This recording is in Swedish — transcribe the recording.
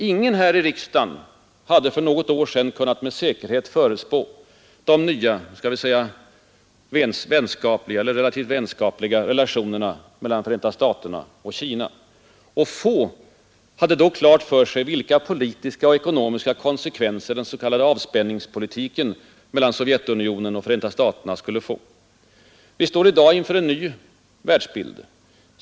Ingen här i riksdagen hade för något år sedan med säkerhet kunnat förutspå de nya, skall vi säga relativt vänskapliga, relationerna mellan Förenta staterna och Kina, och få hade då klart för sig vilka politiska och ekonomiska konsekvenser den s.k. avspänningspolitiken mellan Sovjetunionen och Förenta staterna skulle få. Vi står i dag inför en ny världsbild.